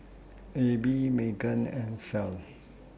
Abby Meagan and Clell